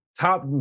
top